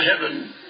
heaven